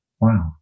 wow